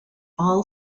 all